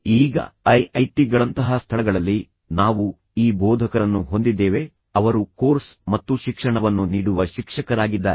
ಈಗ I I T ಗಳಂತಹ ಸ್ಥಳಗಳಲ್ಲಿ ನಾವು ಈ ಬೋಧಕರನ್ನು ಹೊಂದಿದ್ದೇವೆ ಅವರು ಕೋರ್ಸ್ ಮತ್ತು ಶಿಕ್ಷಣವನ್ನು ನೀಡುವ ಶಿಕ್ಷಕರಾಗಿದ್ದಾರೆ